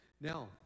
Now